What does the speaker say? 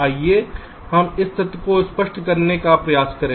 आइए हम इस तथ्य को स्पष्ट करने का प्रयास करें